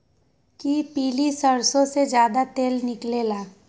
कि पीली सरसों से ज्यादा तेल निकले ला?